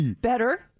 Better